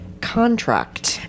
Contract